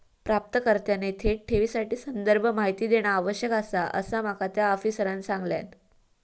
प्राप्तकर्त्याने थेट ठेवीसाठी संदर्भ माहिती देणा आवश्यक आसा, असा माका त्या आफिसरांनं सांगल्यान